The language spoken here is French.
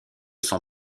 son